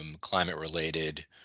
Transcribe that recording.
climate-related